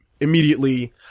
Immediately